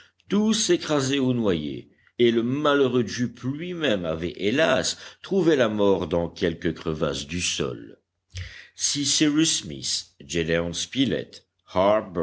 tous écrasés ou noyés et le malheureux jup lui-même avait hélas trouvé la mort dans quelque crevasse du sol si